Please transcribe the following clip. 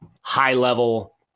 high-level